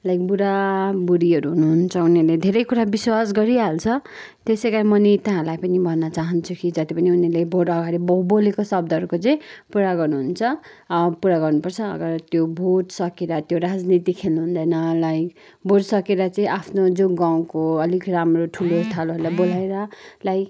like बुडा बुडीहरू हुनुहुन्छ उनीहरूले धेरै कुरा विश्वास गरिहाल्छ त्यसै कारण म नेताहरूलाई पनि भन्न चाहन्छु कि जति पनि उनीहरूले भोट अगाडि ब बोलेको शब्दहरूको चाहिँ पुरा गर्नुहुन्छ पुरा गर्नुपर्छ अगर त्यो भोट सकेर त्यो राजनीति खेल्नु हुँदैन लाइक भोट सकेर चाहिँ आफ्नो जो गाउँको अलिक राम्रो ठुलो ठालुहरूलाई बोलाएर लाइक